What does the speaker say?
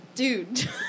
Dude